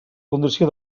condició